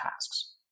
tasks